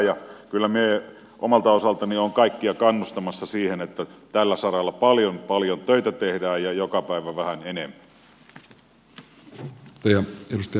kyllä minä omalta osaltani olen kaikkia kannustamassa siihen että tällä saralla paljon paljon töitä tehdään ja joka päivä vähän enemmän